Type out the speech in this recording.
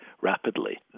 rapidly